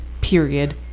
period